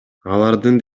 алардын